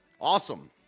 awesome